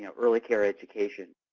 you know early care education?